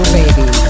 baby